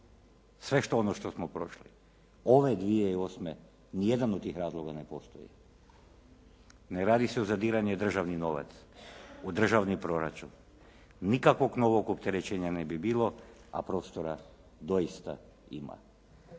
sve ono što smo prošli, ove 2008. nijedan od tih razloga ne postoji. Ne radi se o zadiranju u državni novac, u državni proračun, nikakvog novog opterećenja ne bi bilo, a prostora ima.